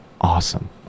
Awesome